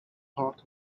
part